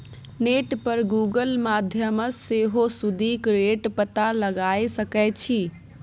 net पर Google माध्यमसँ सेहो सुदिक रेट पता लगाए सकै छी